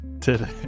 Today